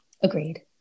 Agreed